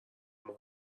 مهمی